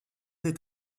est